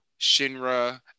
shinra